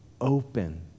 open